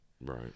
right